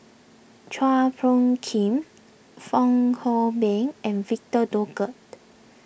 Chua Phung Kim Fong Hoe Beng and Victor Doggett